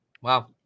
wow